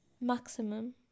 maximum